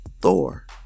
Thor